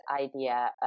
idea